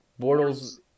Bortles